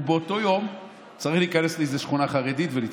הוא באותו יום צריך להיכנס לאיזה שכונה חרדית ולתקוף.